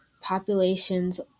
populations